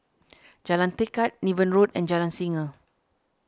Jalan Tekad Niven Road and Jalan Singa